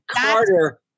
Carter